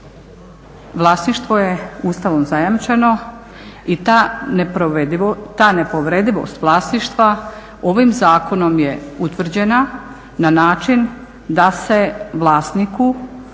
Vlasništvo je Ustavom zajamčeno i ta nepovredivost vlasništva ovim zakonom je utvrđena na način da se vlasniku